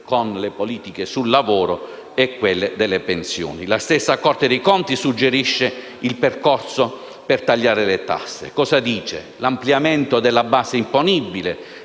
con le politiche del lavoro e delle pensioni. La stessa Corte dei conti suggerisce il percorso per tagliare le tasse: l'ampliamento della base imponibile,